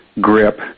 grip